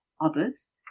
others